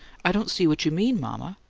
i don't see what you mean, mama.